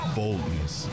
boldness